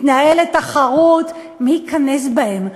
מתנהלת תחרות מי ייכנס בהם,